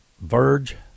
verge